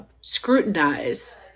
scrutinize